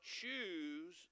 choose